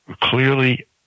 clearly